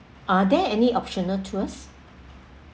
are there any optional tours